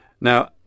Now